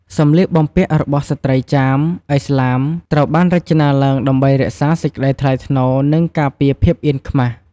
សម្លៀកបំពាក់របស់ស្ត្រីចាមឥស្លាមត្រូវបានរចនាឡើងដើម្បីរក្សាសេចក្តីថ្លៃថ្នូរ និងការពារភាពអៀនខ្មាស។